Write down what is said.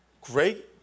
great